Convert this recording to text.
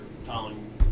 following